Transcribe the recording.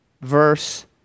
verse